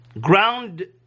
ground